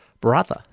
Brother